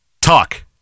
Talk